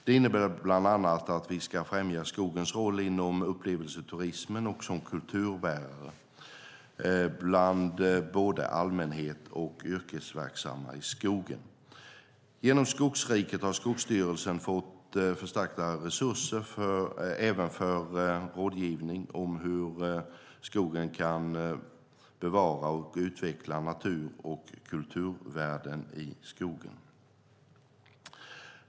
Det innebär bland annat att vi ska främja skogens roll inom upplevelseturismen och som kulturbärare, bland både allmänhet och yrkesverksamma i skogen. Genom Skogsriket har Skogsstyrelsen fått förstärkta resurser även för rådgivning om hur skogsägaren kan bevara och utveckla natur och kulturvärden i skogen.